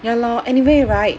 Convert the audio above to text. ya lor anyway right